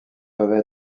peuvent